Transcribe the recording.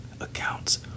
accounts